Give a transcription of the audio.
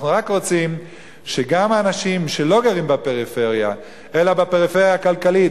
אנחנו רק רוצים שגם האנשים שלא גרים בפריפריה אלא בפריפריה הכלכלית,